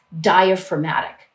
diaphragmatic